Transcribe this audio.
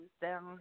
down